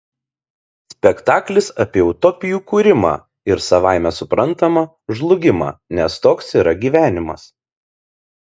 spektaklis apie utopijų kūrimą ir savaime suprantama žlugimą nes toks yra gyvenimas